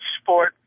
sport